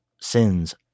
sins